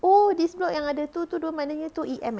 oh this block yang ada tu tu maknanya tu E_M eh